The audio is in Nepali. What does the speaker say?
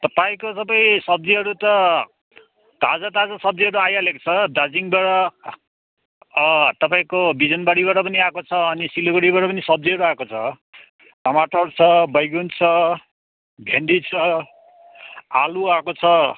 तपाईँको सबै सब्जीहरू त ताजा ताजा सब्जीहरू आइहालेको छ दार्जिलिङबाट तपाईँ बिजनबारीबाट पनि आएको छ अनि सिलगढीबाट पनि सब्जीहरू आएको छ टमाटर छ बैगुन छ भिन्डी छ आलु आएको छ